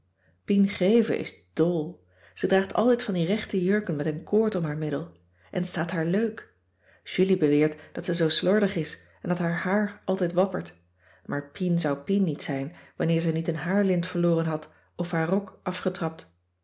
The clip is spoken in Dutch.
pien greve is dl ze draagt altijd van die rechte jurken met een koord om haar middel en t staat haar leuk julie beweert dat ze zoo slordig is en dat haar haar altijd wappert maar pien zou pien niet zijn wanneer ze niet een haarlint verloren had of haar rok afgetrapt